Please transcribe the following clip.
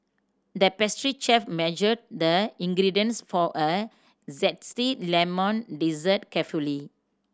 the pastry chef measured the ingredients for a zesty lemon dessert carefully